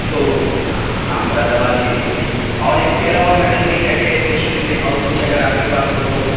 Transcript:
تو ہاں ہاں مراد آبادی بھی ہوگی اور اس کے علاوہ مٹن میں کیا کیا اسپیشل میں اور کچھ اگر آپ کے پاس ہو تو